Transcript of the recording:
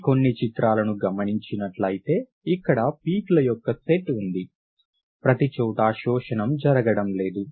ఈ కొన్ని చిత్రాలను గమనించినట్లయితే ఇక్కడ పీక్ ల యొక్క సెట్ ఉంది ప్రతిచోటా శోషణం జరగడంలేదు